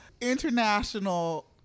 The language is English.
International